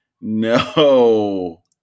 No